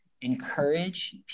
encourage